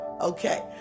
Okay